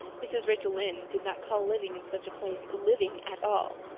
mrs. rachel lynde did not call living in such a place living at all.